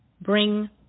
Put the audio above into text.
bring